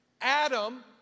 Adam